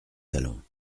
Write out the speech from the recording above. talons